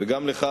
וגם לך,